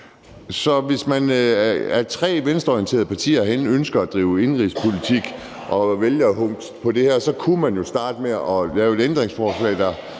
Så tre venstreorienterede partier herinde ønsker at drive indenrigspolitik og vælgerhugst på det her. Man kunne jo starte med at lave et ændringsforslag, der